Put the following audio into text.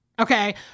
Okay